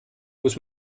muss